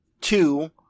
Two